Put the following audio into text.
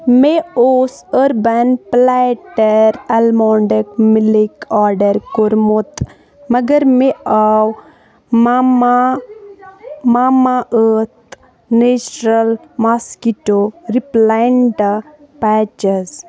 مےٚ اوس Urban Platter almond milk order کوٚرمُت مگر مےٚ آو مَما مَما ٲتھ نیچرَل ماسکِٹو رِپلاینٛٹا پیچِز